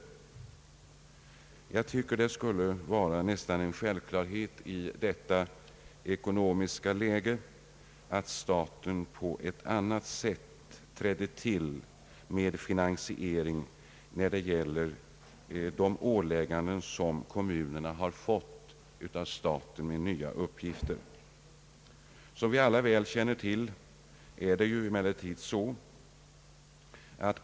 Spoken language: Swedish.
Själv tycker jag att det skulle vara självklart att staten skulle hjälpa till med finansieringen när man ålägger kommunerna en ny uppgift. Som vi väl känner till är det emellertid inte så.